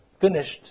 finished